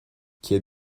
céad